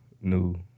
new